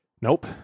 Nope